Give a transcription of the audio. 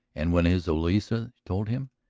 and when his eloisa told him.